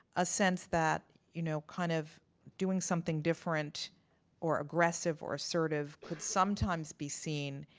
a sense that you know kind of doing something different or aggressive or assertive could sometimes be seen